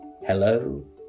Hello